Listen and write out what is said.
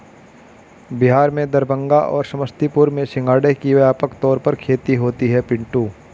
बिहार में दरभंगा और समस्तीपुर में सिंघाड़े की व्यापक तौर पर खेती होती है पिंटू